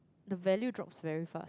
the value drops very fast